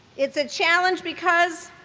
it's a challenge because